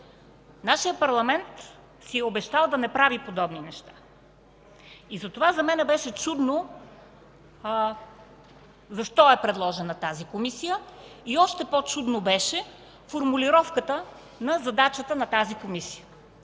Нашият парламент си е обещал да не прави подобни неща и затова за мен беше чудно защо е предложена тази комисия и още по-чудно ми беше формулировката на задачата на тази комисия.